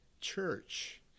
church